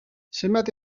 zenbat